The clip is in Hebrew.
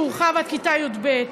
שהורחב עד כיתה י"ב,